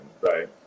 right